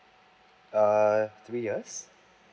uh three years